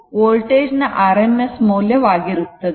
ಇಲ್ಲಿ V ಇದು voltage ನ rms ಮೌಲ್ಯ ವಾಗಿರುತ್ತದೆ